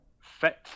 fit